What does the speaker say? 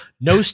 No